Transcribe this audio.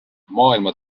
maailma